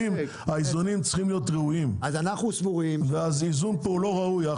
האיזונים צריכים להיות סבירים והזלזול פה הוא לא ראוי.